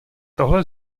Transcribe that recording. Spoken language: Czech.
tohle